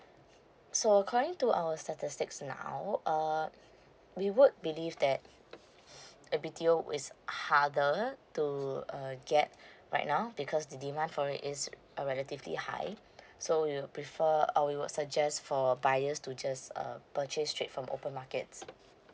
so according to our statistics now err we would believe that a B_T_O is harder to uh get right now because the demand for it is uh relatively high so you'll prefer uh we would suggest for buyers to just uh purchase straight from open markets